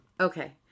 Okay